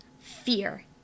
fear